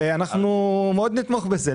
ואנחנו מאוד נתמוך בזה.